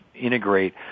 integrate